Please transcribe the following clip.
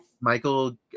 Michael